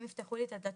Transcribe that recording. הם יפתחו לי את הדלתות.